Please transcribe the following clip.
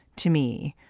to me,